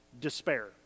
Despair